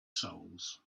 souls